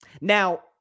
Now